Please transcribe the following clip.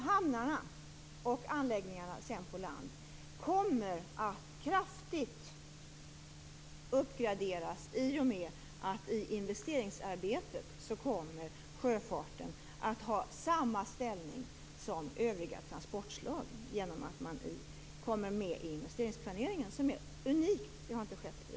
Hamnarna och anläggningarna på land kommer att kraftigt uppgraderas i och med att sjöfarten i investeringsarbetet kommer att ha samma ställning som övriga transportslag genom att man kommer med i investeringsplaneringen, vilket är unikt, för det har inte skett förut.